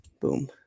Boom